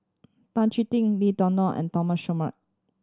Tan Chee Teck Lim Denan and Denan Singai Mukilan